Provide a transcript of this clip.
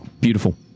Beautiful